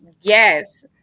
yes